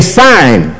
sign